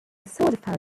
fountain